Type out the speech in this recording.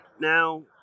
now